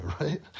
right